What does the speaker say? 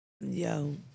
Yo